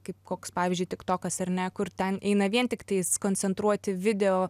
kaip koks pavyzdžiui tik tokas ar ne kur ten eina vien tiktais koncentruoti video